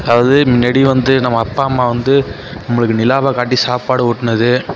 அதாவது மின்னாடி வந்து நம்ம அப்பா அம்மா வந்து நம்மளுக்கு நிலாவைக் காட்டி சாப்பாடு ஊட்டினது